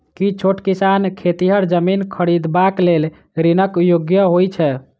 की छोट किसान खेतिहर जमीन खरिदबाक लेल ऋणक योग्य होइ छै?